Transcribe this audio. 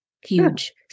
huge